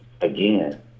Again